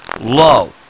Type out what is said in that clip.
low